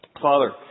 Father